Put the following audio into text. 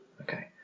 Okay